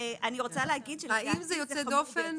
האם זה יוצא דופן?